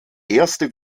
erste